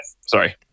sorry